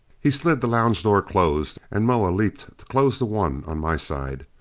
he slid the lounge door closed, and moa leaped to close the one on my side.